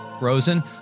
Rosen